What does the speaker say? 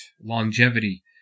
longevity